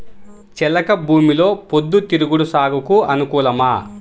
చెలక భూమిలో పొద్దు తిరుగుడు సాగుకు అనుకూలమా?